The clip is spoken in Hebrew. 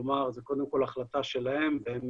כלומר זה קודם כל החלטה שלהם והם